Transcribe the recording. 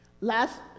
last